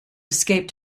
escaped